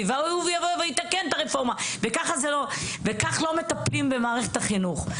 והבא יתקן את הרפורמה וכך לא מטפלים במערכת החינוך,